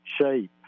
shape